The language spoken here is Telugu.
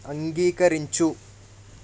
అంగీకరించు